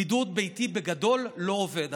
בידוד ביתי בגדול לא עובד.